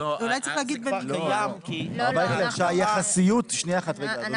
ואולי צריך להגיד --- ביחסיות של